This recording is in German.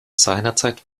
seinerzeit